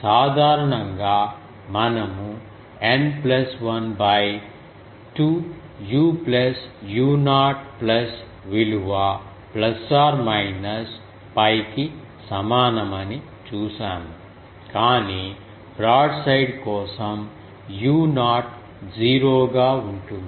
సాధారణంగా మనము N 1 2 u plus u0 plus విలువ 𝜋 కి సమానమని చూశాము కానీ బ్రాడ్సైడ్ కోసం u0 0 గా ఉంటుంది